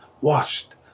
washed